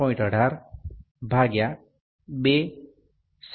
18 ભાગ્યા 2 સરેરાશ 51